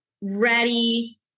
ready